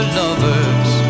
lovers